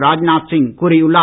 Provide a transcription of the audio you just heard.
ராஜ்நாத் சிங் கூறியுள்ளார்